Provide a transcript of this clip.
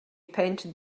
painted